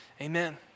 Amen